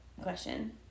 question